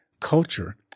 culture